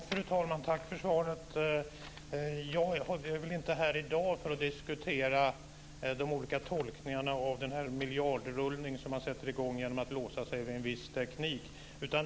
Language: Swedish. Fru talman! Tack för svaret. Jag är inte här i dag för att diskutera de olika tolkningarna av den miljardrullning som man sätter i gång genom att låsa sig vid en viss teknik.